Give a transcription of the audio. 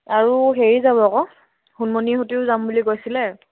আৰু হেৰি যাব আকৌ সোণমণিহঁতেও যাম বুলি কৈছিলে